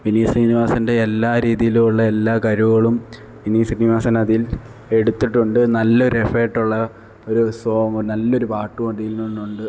വിനീത് ശ്രീനിവാസന്റെ എല്ലാ രീതിയിലുമുള്ള എല്ലാ കഴിവുകളും വിനീത് ശ്രീനിവാസന് അതില് എടുത്തിട്ടുണ്ട് നല്ല ഒരു എഫര്ട്ട് ഉള്ള ഒരു സോങ് നല്ല ഒരു പാട്ടും അതിൽ നിന്നും ഉണ്ട്